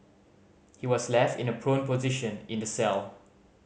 he was left in a prone position in the cell